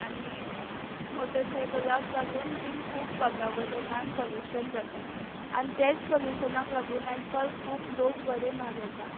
आनी मोटसायकलाक लागून बीन खूब वातावरणान पल्युशन जातात आन तेंच पल्युशनाक लागून आयजकाल खूब लोग बरे ना जातात